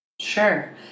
Sure